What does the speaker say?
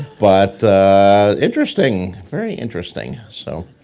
but interesting. very interesting. so,